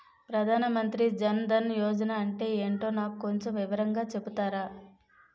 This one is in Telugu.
ప్రధాన్ మంత్రి జన్ దన్ యోజన అంటే ఏంటో నాకు కొంచెం వివరంగా చెపుతారా?